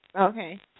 Okay